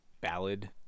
ballad